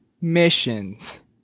missions